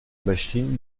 machine